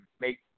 make